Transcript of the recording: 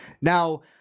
Now